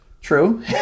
True